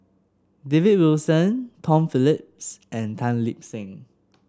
David Wilson Tom Phillips and Tan Lip Seng